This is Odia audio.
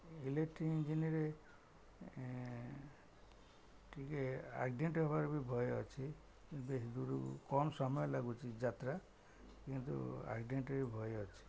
ଇଲେକ୍ଟ୍ରିକ୍ ଇଞ୍ଜିନରେ ଟିକେ ଆକ୍ସିଡେଣ୍ଟ ହେବାର ବି ଭୟ ଅଛି ଦୂରକୁ କମ ସମୟ ଲାଗୁଛି ଯାତ୍ରା କିନ୍ତୁ ଆକ୍ସିଡେଣ୍ଟର ବି ଭୟ ଅଛି